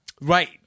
Right